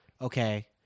Okay